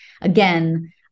again